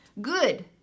good